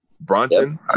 Bronson